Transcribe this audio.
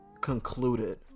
concluded